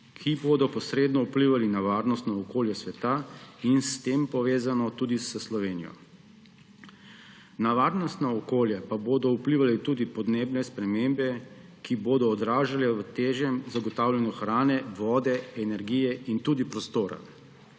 ki bodo posredno vplivali na varnostno okolje sveta in s tem povezano tudi s Slovenijo. Na varnostno okolje pa bodo vplivale tudi podnebne spremembe, ki se bodo odražale v težjem zagotavljanju hrane, vode, energije in tudi prostora.